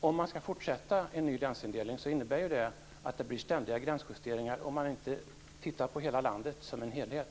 Om man skall fortsätta med en ny länsindelning innebär det att det blir ständiga gränsjusteringar om man inte tittar på hela landet som en helhet.